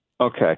Okay